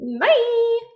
Bye